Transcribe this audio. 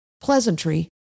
pleasantry